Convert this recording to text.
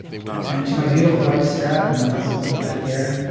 and to my beautiful wife sarah, and my awesome little guy garren,